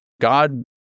God